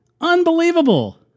Unbelievable